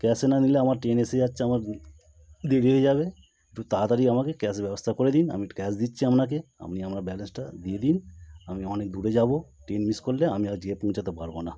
ক্যাশে না নিলে আমার ট্রেন এসে যাচ্ছে আমার দেরি হয়ে যাবে একটু তাড়াতাড়ি আমাকে ক্যাশ ব্যবস্থা করে দিন আমি ক্যাশ দিচ্ছি আপনাকে আপনি আমার ব্যালেন্সটা দিয়ে দিন আমি অনেক দূরে যাব ট্রেন মিস করলে আমি আজকে আর পৌঁছতে পারব না